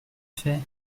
fait